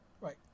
Right